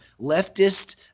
leftist